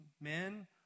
men